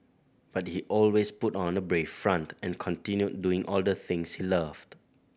but he always put on a brave front and continued doing all the things he loved